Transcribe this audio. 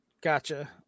Gotcha